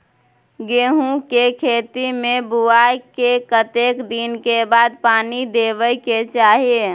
गेहूँ के खेती मे बुआई के कतेक दिन के बाद पानी देबै के चाही?